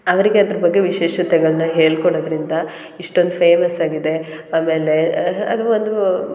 ಅವರಿಗೆ ಅದ್ರ ಬಗ್ಗೆ ವಿಶೇಷತೆಗಳನ್ನ ಹೇಳಿಕೊಡೋದ್ರಿಂದ ಇಷ್ಟೊಂದು ಫೇಮಸ್ ಆಗಿದೆ ಆಮೇಲೆ ಅದು ಒಂದು